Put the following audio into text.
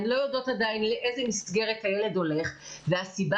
הן לא יודעות עדיין לאיזה מסגרת הילד הולך והסיבה